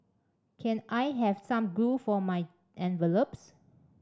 can I have some glue for my envelopes